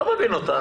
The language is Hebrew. לא מבין אותה.